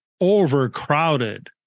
overcrowded